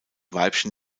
weibchen